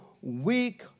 weak